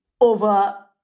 over